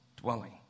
dwelling